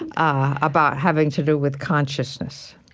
ah about having to do with consciousness,